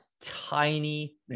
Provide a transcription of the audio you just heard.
tiny